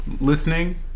listening